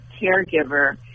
caregiver